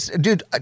Dude